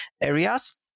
areas